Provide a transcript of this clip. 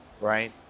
Right